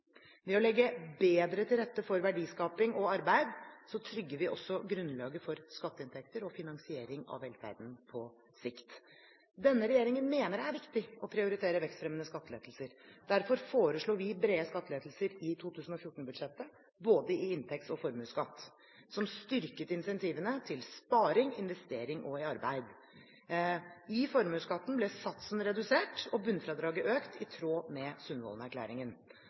Ved å legge bedre til rette for verdiskaping og arbeid trygger vi også grunnlaget for skatteinntekter og finansiering av velferden på sikt. Denne regjeringen mener det er viktig å prioritere vekstfremmende skattelettelser. Derfor foreslo vi brede skattelettelser i 2014-budsjettet, både i inntekts- og formuesskatt, som styrket insentivene til sparing, investering og til å arbeide. I formuesskatten ble satsen redusert og bunnfradraget økt, i tråd med